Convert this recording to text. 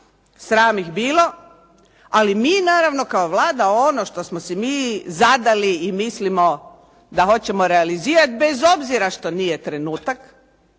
sram ih bilo, ali mi naravno kao Vlada ono što smo si mi zadali i mislimo da hoćemo realizirati bez obzira što nije trenutak,